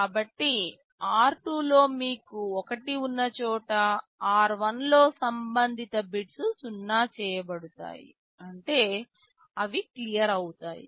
కాబట్టి r2 లో మీకు 1 ఉన్న చోట r1 లో సంబంధిత బిట్స్ 0 చేయబడతాయి అంటే అవి క్లియర్ అవుతాయి